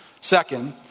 Second